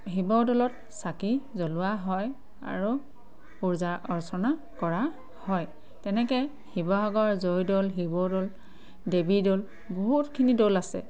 শিৱদৌলত চাকি জ্বলোৱা হয় আৰু পূজা অৰ্চনা কৰা হয় তেনেকে শিৱসাগৰ জয়দৌল শিৱদৌল দেৱীদৌল বহুতখিনি দৌল আছে